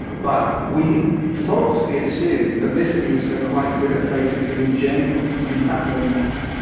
but we falsely assume that this means we're quite good at faces in general and, in fact, we're not